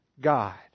God